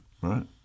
Right